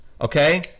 okay